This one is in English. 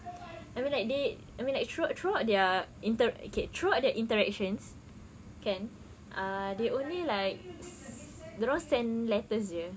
I mean like they I mean like throughout throughout their inter~ throughout their interactions kan ah they only like dorang send letters jer